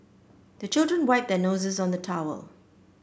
the children wipe their noses on the towel